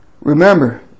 Remember